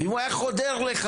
אם הוא היה חודר לחרדים,